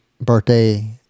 birthday